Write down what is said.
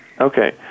Okay